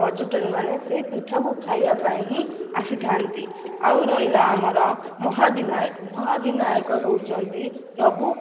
ପର୍ଯ୍ୟଟନମାନେ ସେହି ପିଠାକୁ ଖାଇବା ପାଇଁ ହିଁ ଆସିଥାନ୍ତି ଆଉ ରହିଲା ଆମର ମହାବିନାୟକ ମହାବିନାୟକ ହେଉଛନ୍ତି ପ୍ରଭୁ